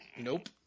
Nope